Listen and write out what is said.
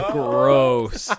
gross